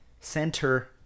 center